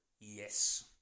yes